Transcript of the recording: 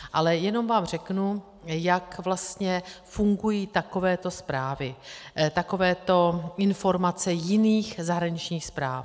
Ale jenom vám řeknu, jak vlastně fungují takovéto zprávy, takovéto informace jiných zahraničních správ.